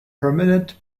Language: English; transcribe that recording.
permanent